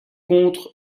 contre